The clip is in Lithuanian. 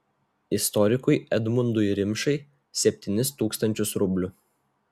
istorikui edmundui rimšai septynis tūkstančius rublių